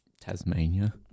Tasmania